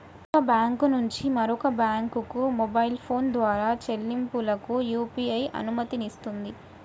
ఒక బ్యాంకు నుంచి మరొక బ్యాంకుకు మొబైల్ ఫోన్ ద్వారా చెల్లింపులకు యూ.పీ.ఐ అనుమతినిస్తుంది